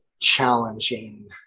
challenging